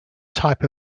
type